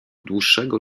dłuższego